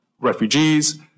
refugees